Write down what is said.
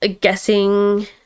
guessing